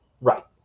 Right